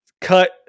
Cut